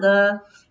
the